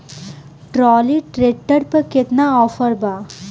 Trolley tractor पर केतना offer बा?